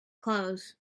clothes